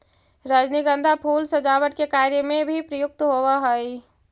रजनीगंधा फूल सजावट के कार्य में भी प्रयुक्त होवऽ हइ